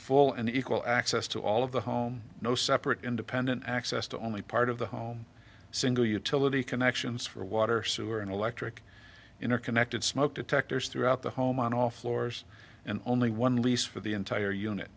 full and equal access to all of the home no separate independent access to only part of the home single utility connections for water sewer and electric interconnected smoke detectors throughout the home on all floors and only one lease for the entire